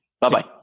Bye-bye